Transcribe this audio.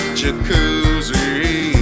jacuzzi